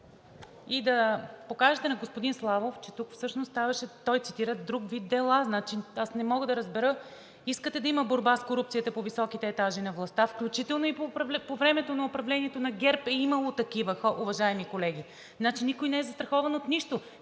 и да покажете на господин Славов, че тук той цитира друг вид дела. Аз не мога да разбера – искате да има борба с корупцията по високите етажи на властта, включително и по време на управлението на ГЕРБ е имало такива, уважаеми колеги. Никой не е застрахован от нищо.